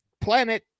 planet